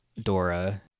Dora